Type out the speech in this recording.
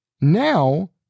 Now